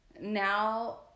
now